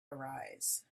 arise